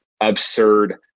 absurd